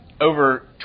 over